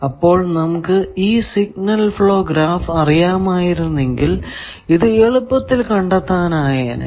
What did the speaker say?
അപ്പോൾ നമുക്ക് ഈ സിഗ്നൽ ഫ്ലോ ഗ്രാഫ് അറിയാമായിരുന്നെങ്കിൽ ഇത് എളുപ്പത്തിൽ കണ്ടെത്താനായേനെ